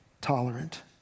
tolerant